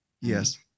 yes